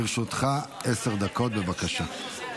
לרשותך עשר דקות, בבקשה.